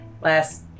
last